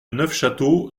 neufchâteau